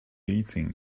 eating